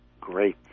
great